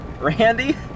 Randy